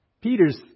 Peter's